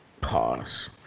Pause